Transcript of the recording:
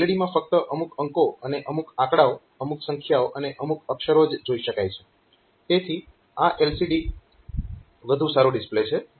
LED માં ફક્ત અમુક અંકો અને અમુક આંકડાઓ અમુક સંખ્યાઓ અને અમુક અક્ષરો જ જોઈ શકાય છે તેથી આ LCD વધુ સારું ડિસ્પ્લે છે